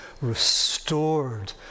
restored